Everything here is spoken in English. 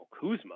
Kuzma